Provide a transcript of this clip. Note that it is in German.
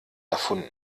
erfunden